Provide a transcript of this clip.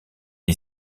est